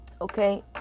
Okay